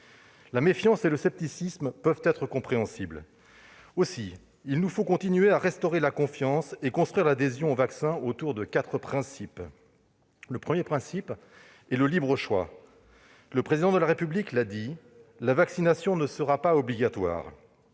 La méfiance et le scepticisme peuvent être compréhensibles. Aussi, il nous faut continuer à restaurer la confiance et construire l'adhésion au vaccin autour de quatre principes. Le premier principe est le libre choix : le Président de la République l'a dit, la vaccination ne sera pas obligatoire.